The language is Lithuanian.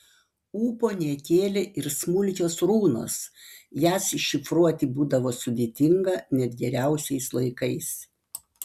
ūpo nekėlė ir smulkios runos jas iššifruoti būdavo sudėtinga net geriausiais laikais